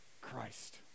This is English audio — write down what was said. Christ